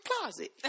closet